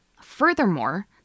Furthermore